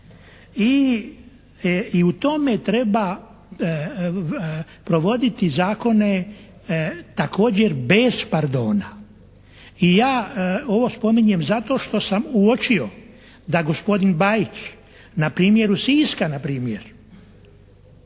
I u tome treba provoditi zakone također bez pardona. I ja ovo spominjem zato što sam uočio da gospodin Bajić na primjeru Siska na primjer